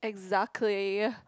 exactly